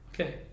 Okay